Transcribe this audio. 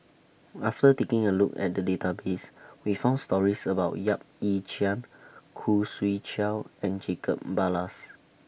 after taking A Look At The Database We found stories about Yap Ee Chian Khoo Swee Chiow and Jacob Ballas